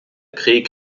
krieg